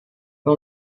für